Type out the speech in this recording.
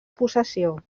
possessió